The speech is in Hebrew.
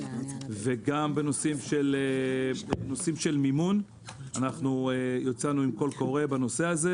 וגם בנושאים של מימון יצאנו עם קול קורא בנושא הזה,